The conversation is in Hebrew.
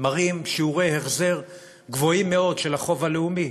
מראים שיעורי החזר גבוהים מאוד של החוב הלאומי,